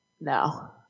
No